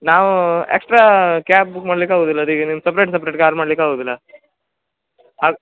ನಾವು extra cab book ಮಾಡ್ಲಿಕ್ಕೆ ಆಗೋದಿಲ ಇದೀಗ ನಿಮ್ಮ ಸಪ್ರೇಟ್ ಸಪ್ರೇಟ್ ಕಾರ್ ಮಾಡ್ಲಿಕ್ಕೆ ಆಗೋದಿಲ್ಲ ಆಗ್